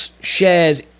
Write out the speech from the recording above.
shares